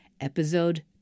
Episode